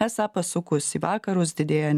esą pasukus į vakarus didėja